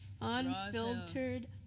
unfiltered